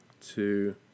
two